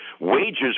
wages